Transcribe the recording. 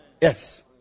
Yes